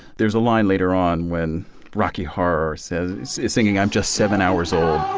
there's a line later on when rocky horror says says singing i'm just seven hours old.